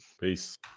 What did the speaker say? Peace